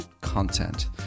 content